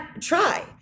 try